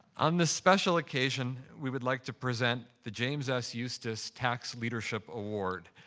on this special occasion, we would like to present the james s. eustice tax leadership award.